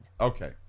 Okay